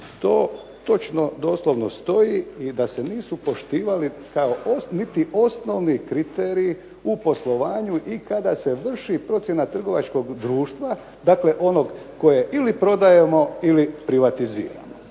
To točno doslovno stoji i da se nisu poštivali niti osnovni kriteriji u poslovanju. I kada se vrši procjena trgovačkog društva dakle onog koje ili prodajemo ili privatiziramo.